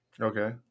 okay